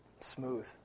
smooth